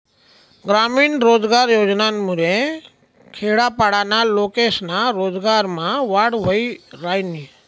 ग्रामीण रोजगार योजनामुये खेडापाडाना लोकेस्ना रोजगारमा वाढ व्हयी रायनी